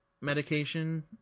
medication